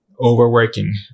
overworking